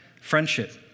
friendship